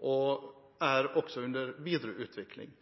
og som også er under videre utvikling.